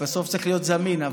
בסוף צריך להיות זמין,